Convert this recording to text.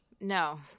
No